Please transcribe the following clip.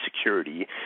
security